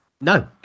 No